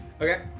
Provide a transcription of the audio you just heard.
Okay